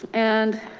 and